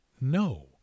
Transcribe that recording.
no